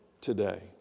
today